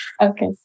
Okay